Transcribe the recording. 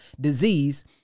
disease